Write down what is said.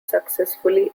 successfully